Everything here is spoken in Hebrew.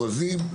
מפורזים,